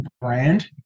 brand